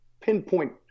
pinpoint